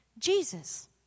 Jesus